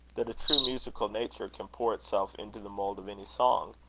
that a true musical nature can pour itself into the mould of any song,